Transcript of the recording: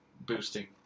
boosting